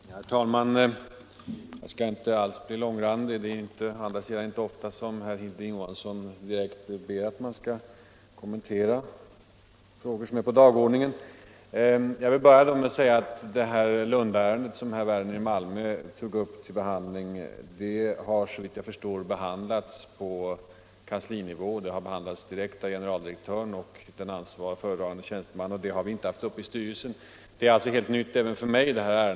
Herr talman! Jag skall inte alls bli långrandig i mitt anförande. Det är å andra sidan inte ofta som herr Johansson i Trollhättan direkt ber att man skall kommentera frågor som står på dagordningen. Jag vill börja med att säga att Lundaärendet, som herr Werner i Malmö tog upp, såvitt jag förstår har behandlats på kanslinivå direkt av generaldirektören och den ansvarige föredragande tjänstemannen. Vi har inte haft detta fall uppe i styrelsen. Ärendet är alltså helt nytt även för mig.